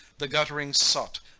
the guttling sot,